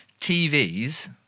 TVs